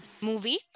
movie